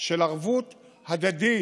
של ערבות הדדית.